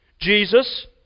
Jesus